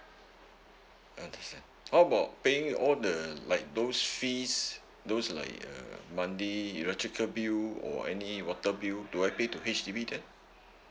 understand how about paying all the like those fees those like err monthly electrical bill or any water bill do I pay to H_D_B then